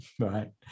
right